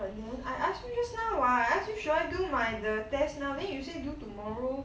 but you know I ask me just now I ask you should I don't mind the test nowadays usually due tomorrow